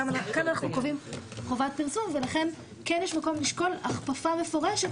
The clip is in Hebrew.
כאן אנחנו קובעים חובת פרסום ולכן כן יש מקום לשקול הכפפה מפורשת.